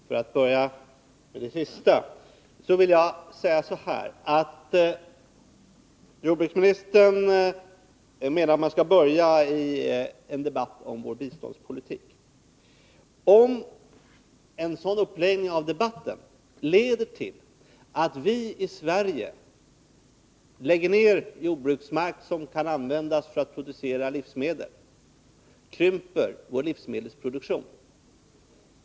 För att börja med det sista som jordbruksministern sade angående hur vi skall inleda en debatt om vår biståndspolitik vill jag säga följande: Om uppläggningen av debatten leder till att vi i Sverige lägger ner brukandet av mark som skulle kunna användas för att producera livsmedel, krymper vår livsmedelsproduktion.